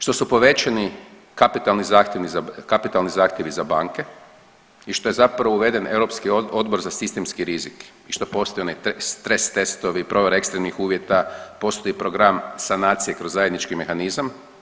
Što su povećani kapitalni zahtjevi za banke i što je zapravo uveden Europski odbor za sistemski rizik i što postoje oni stres testovi, provjera ekstremnih uvjeta, postoji program sanacije kroz zajednički mehanizam.